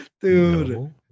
dude